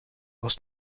aus